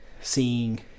seeing